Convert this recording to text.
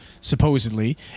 supposedly